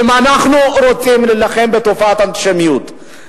שאם אנחנו רוצים להילחם בתופעת האנטישמיות,